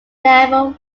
naval